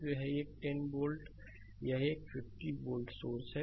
तो एक 10 volt source एक 50 वोल्ट सोर्स है